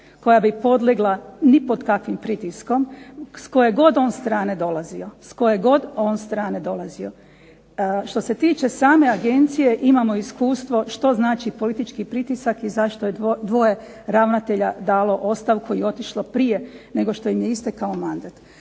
koja bi podlegla ni pod kakvim pritiskom s koje god on strane dolazio. Što se tiče same agencije imamo iskustvo što znači politički pritisak i zašto je dvoje ravnatelja dalo ostavku i otišlo prije nego što im je istekao mandat.